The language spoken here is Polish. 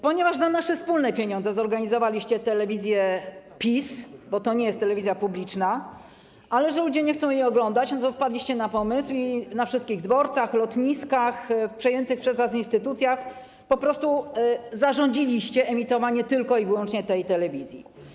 Ponieważ za nasze wspólne pieniądze zorganizowaliście telewizję PiS, bo to nie jest telewizja publiczna, ale że ludzie nie chcą jej oglądać, no to wpadliście na pomysł i na wszystkich dworcach, lotniskach, przejętych przez was instytucjach po prostu zarządziliście emitowanie tylko i wyłącznie tej telewizji.